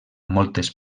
moltes